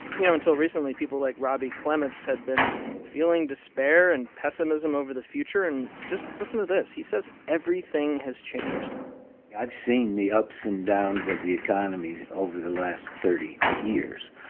you know, until recently, people like robby clements had been feeling despair and pessimism over the future. and just listen to this. he says everything has changed i've seen the ups and downs of the economy over the last thirty years.